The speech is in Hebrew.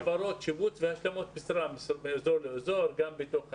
העברות, שיבוץ והשמות מאזור לאזור וגם בתוך הישוב.